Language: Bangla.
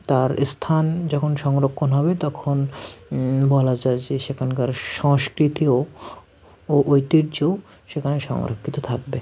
তার এ স্থান যখন সংরক্ষণ হবে তখন বলা যায় যে সেখানকার সংস্কৃতিও ও ঐতিহ্যও সেখানে সংরক্ষিত থাকবে